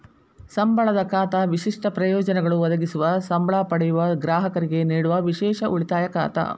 ಸಂಬಳದ ಖಾತಾ ವಿಶಿಷ್ಟ ಪ್ರಯೋಜನಗಳು ಒದಗಿಸುವ ಸಂಬ್ಳಾ ಪಡೆಯುವ ಗ್ರಾಹಕರಿಗೆ ನೇಡುವ ವಿಶೇಷ ಉಳಿತಾಯ ಖಾತಾ